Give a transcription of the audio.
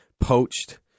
poached